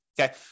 Okay